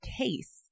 case